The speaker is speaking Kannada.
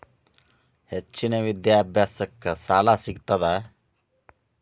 ಹೆಚ್ಚಿನ ವಿದ್ಯಾಭ್ಯಾಸಕ್ಕ ಸಾಲಾ ಸಿಗ್ತದಾ?